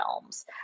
films